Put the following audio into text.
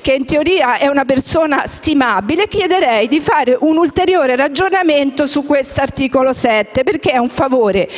che in teoria è una persona stimabile, chiederei di fare un ulteriore ragionamento sull'articolo 7, perché è un favore